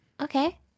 Okay